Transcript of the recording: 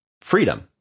freedom